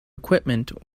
equipment